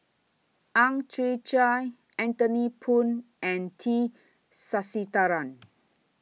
Ang Chwee Chai Anthony Poon and T Sasitharan